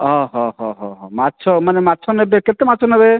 ହଁ ହଁ ହଁ ମାଛ ମାନେ ମାଛ ନେବେ କେତେ ମାଛ ନେବେ